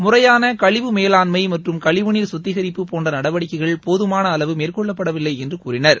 முறையான கழிவு மேலாண்மை மற்றும் கழிவுநீர் சுத்திகரிப்பு போன்ற நடவடிக்கைகள் போதமான அளவு மேற்கொள்ளப்படவல்லை என்று கூறினர்